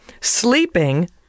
Sleeping